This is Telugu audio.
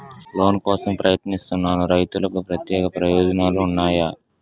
లోన్ కోసం ప్రయత్నిస్తున్న రైతులకు ప్రత్యేక ప్రయోజనాలు ఉన్నాయా?